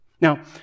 Now